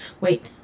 Wait